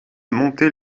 montait